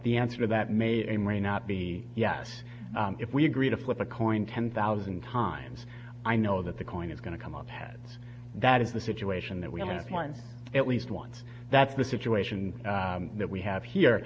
the answer that made a marine out be yes if we agree to flip a coin ten thousand times i know that the coin is going to come up heads that is the situation that we all have one at least once that's the situation that we have here